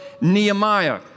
Nehemiah